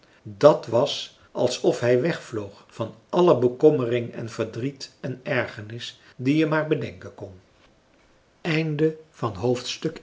dat was alsof hij wegvloog van alle bekommering en verdriet en ergernis die je maar bedenken kon ii